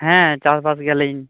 ᱦᱮᱸ ᱪᱟᱥᱵᱟᱥ ᱜᱮᱭᱟᱞᱤᱧ